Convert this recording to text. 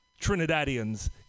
Trinidadians